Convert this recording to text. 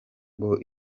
ngo